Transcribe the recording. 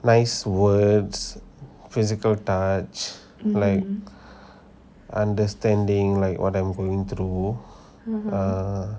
nice words physical touch like understanding like what I'm going to do ah